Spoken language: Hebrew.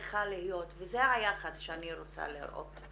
צריכה להגיע וזה היחס שאני רוצה לראות.